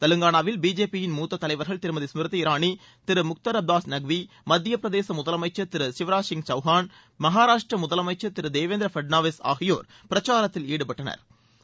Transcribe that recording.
தெலங்கானாவில் பிஜேபி யின் மூத்த தலைவர்கள் திருமதி ஸ்மிருதி இரானி திரு முக்தாத் அபாஸ் நக்வி மத்தியப்பிரதேச முதலமைச்சா் திரு சிவராஜ சிங் சவுகான் மகாராஷ்டிர முதலமைச்சா் திரு தேவிந்திர பட்நாவிஸ் ஆகியோா் பிரச்சாரத்தில் ஈடுபட்டனா்